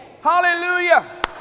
hallelujah